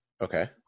Okay